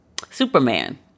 Superman